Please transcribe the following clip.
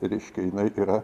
reiškia jinai yra